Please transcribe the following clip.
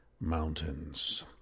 mountains